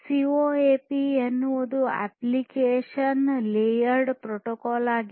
CoAP ಎನ್ನುವುದು application layered protocol ಆಗಿದೆ